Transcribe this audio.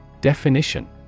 Definition